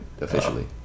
officially